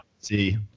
See